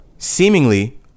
seemingly